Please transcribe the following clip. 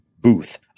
booth